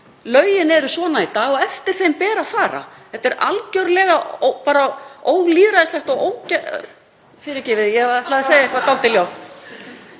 Lögin eru svona í dag og eftir þeim ber að fara. Þetta er algerlega ólýðræðislegt og ógeð … Fyrirgefið, ég ætlaði að segja eitthvað dálítið ljótt.